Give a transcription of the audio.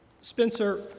Spencer